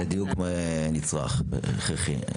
זה דיוק נצרך, הכרחי.